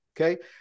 okay